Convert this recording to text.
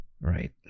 Right